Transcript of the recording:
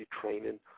training